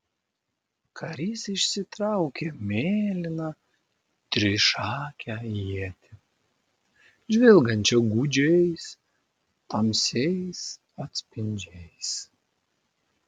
karys išsitraukė mėlyną trišakę ietį žvilgančią gūdžiais tamsiais atspindžiais